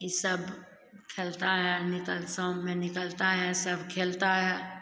यह सब खेलता है निकल शाम में निकलता है सब खेलता है